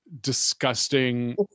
disgusting